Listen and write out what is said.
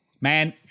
Man